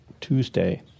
Tuesday